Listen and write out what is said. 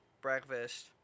breakfast